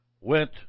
went